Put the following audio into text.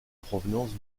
provenance